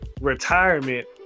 retirement